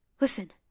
listen